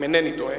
אם אינני טועה,